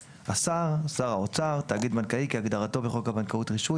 "השר" שר האוצר; "תאגיד בנקאי" כהגדרתו בחוק הבנקאות (רישוי),